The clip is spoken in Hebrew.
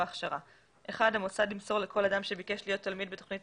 ההכשרה: המוסד ימסור לכל אדם שביקש להיות תלמיד בתוכנית